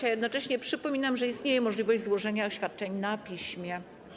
Jednocześnie przypominam, że istnieje możliwość złożenia oświadczeń na piśmie.